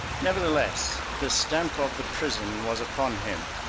nevertheless the stamp of the prison was upon him.